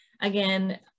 Again